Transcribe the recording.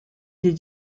des